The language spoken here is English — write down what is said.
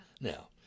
Now